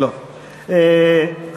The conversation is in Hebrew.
אדוני